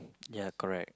ya correct